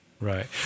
Right